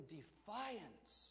defiance